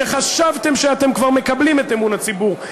שחשבתם שאתם כבר מקבלים את אמון הציבור,